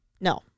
no